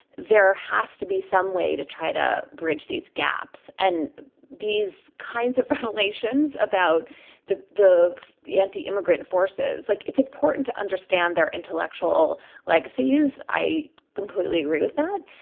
there has to be some way to try to bridge these gaps and these kinds of revelations about the the anti-immigrant forces. like it's important to understand their intellectual legacy is. i completely agree with that.